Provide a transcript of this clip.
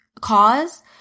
cause